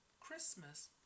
Christmas